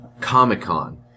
Comic-Con